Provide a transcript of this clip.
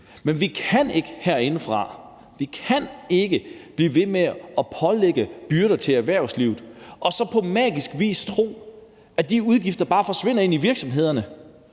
Men vi kan ikke herindefra blive ved med at pålægge erhvervslivet byrder og så på magisk vis tro, at de udgifter bare forsvinder ind i virksomhederne